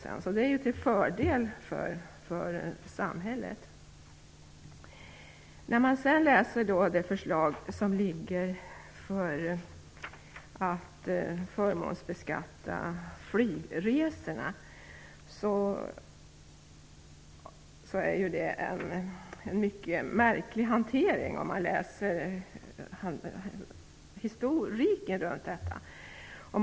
Detta är alltså till fördel för samhället. När man läser det liggande förslaget om förmånsbeskattning av flygresorna, och historiken bakom detta, ser man att hanteringen av detta är mycket märklig.